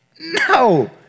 No